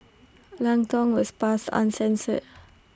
Lang Tong was passed uncensored